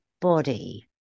body